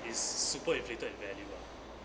is super inflated in value ah ya